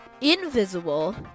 invisible